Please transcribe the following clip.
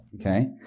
Okay